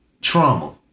Trauma